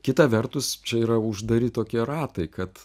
kita vertus čia yra uždari tokie ratai kad